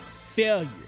failure